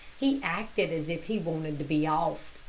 he acted as if he wanted to be off.